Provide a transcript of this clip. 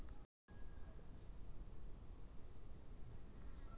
ಬ್ಯಾಂಕಿನಲ್ಲಿ ಇಟ್ಟ ಹಣದಲ್ಲಿ ಏರುಪೇರಾದರೆ ನಾವು ಯಾರನ್ನು ಕಾಣಬೇಕು?